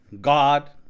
god